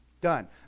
Done